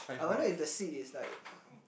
I wonder if the seat is like